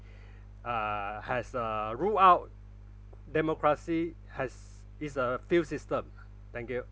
uh has uh rule out democracy has is a fail system thank you